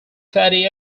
fatty